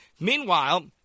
Meanwhile